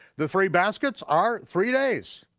the three baskets are three days,